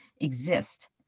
exist